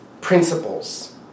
principles